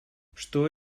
что